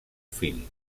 fill